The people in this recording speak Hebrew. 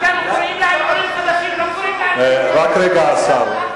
אתם קראתם להם עולים חדשים, לא פליטים.